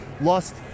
lost